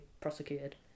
prosecuted